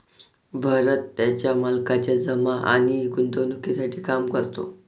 भरत त्याच्या मालकाच्या जमा आणि गुंतवणूकीसाठी काम करतो